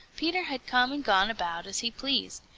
peter had come and gone about as he pleased.